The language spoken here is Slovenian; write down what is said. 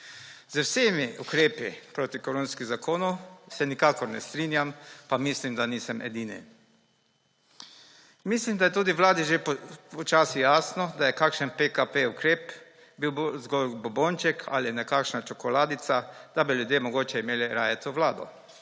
Z vsemi ukrepi protikoronskih zakonov se nikakor ne strinjam, pa mislim, da nisem edini. Mislim, da je tudi vladi že počasi jasno, da je kakšen PKP ukrep bil zgolj bombonček ali nekakšna čokoladica, da bi ljudje mogoče imeli raje to vlado.